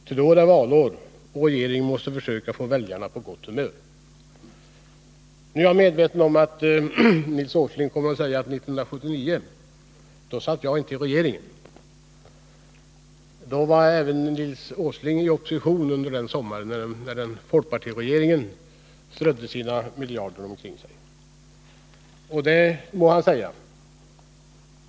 Ty då är det valår och regeringen måste försöka få väljarna på gott humör.” Nu är jag medveten om att Nils Åsling kommer att säga att han inte satt i regeringen 1979. Även Nils Åsling var i opposition när folkpartiregeringen strödde sina miljarder omkring sig. Och det må han säga.